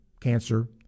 cancer